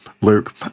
Luke